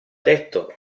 detto